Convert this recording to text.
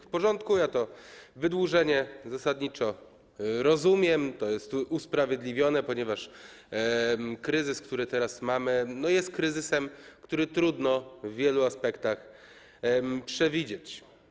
W porządku, ja to wydłużenie zasadniczo rozumiem, to jest usprawiedliwione, ponieważ kryzys, który teraz mamy, jest kryzysem, który w wielu aspektach trudno przewidzieć.